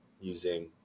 using